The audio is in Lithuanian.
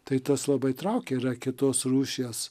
tai tas labai traukė yra kitos rūšies